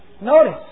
Notice